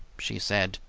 she said,